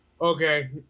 Okay